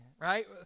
right